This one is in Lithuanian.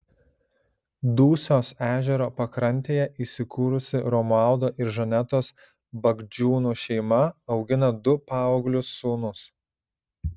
dusios ežero pakrantėje įsikūrusi romualdo ir žanetos bagdžiūnų šeima augina du paauglius sūnus